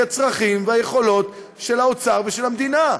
הצרכים והיכולות של האוצר ושל המדינה,